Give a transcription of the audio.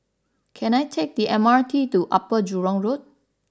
can I take the M R T to Upper Jurong Road